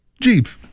Jeeps